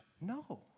No